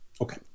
Okay